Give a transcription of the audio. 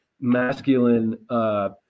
masculine